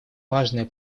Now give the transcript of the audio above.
важная